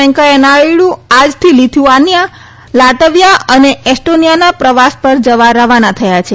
વેંકૈયા નાયડુ આજથી Lithuania Latvia અને એસ્ટોનિયાના પ્રવાસ પર જવા રવાના થયા છે